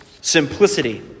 simplicity